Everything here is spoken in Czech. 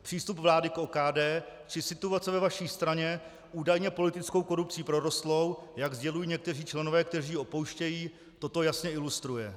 Přístup vlády k OKD či situace ve vaší straně, údajně politickou korupcí prorostlé, jak sdělují někteří členové, kteří ji opouštějí, toto jasně ilustruje.